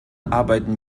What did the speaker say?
arbeiten